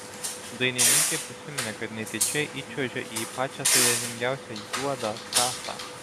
dainininkė prisiminė kad netyčia įčiuožė į pačią sudėtingiausią juodą trasą